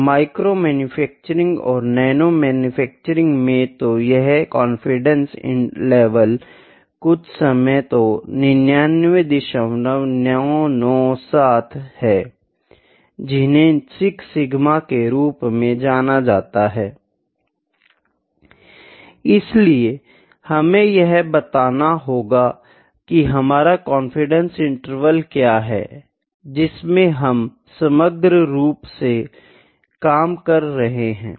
और micro manufacturing तथा nano manufacturing में तो यह कॉन्फिडेंस लेवल कुछ समय तो 99997 है जिन्हें 6 सिग्मा के रूप में जाना जाता है इसलिए हमें यह बताना होगा कि हमारा कॉन्फिडेंस इंटरवल क्या है जिसमें हम समग्र रूप से काम कर रहे हैं